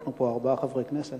אנחנו פה ארבעה חברי כנסת.